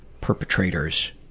perpetrators